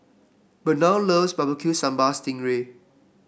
Burnell loves Barbecue Sambal Sting Ray